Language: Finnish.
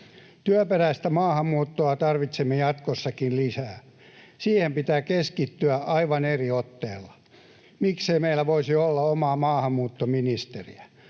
Työperäistä maahanmuuttoa tarvitsemme jatkossakin lisää. Siihen pitää keskittyä aivan eri otteella. Miksei meillä voisi olla omaa maahanmuuttoministeriä?